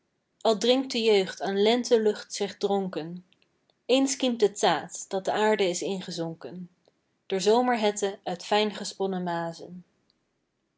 al drinkt de jeugd aan lentelucht zich dronken eens kiemt het zaad dat de aarde is ingezonken door zomerhette uit fijn gesponnen mazen